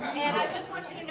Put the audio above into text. and i just want you to know